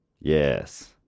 Yes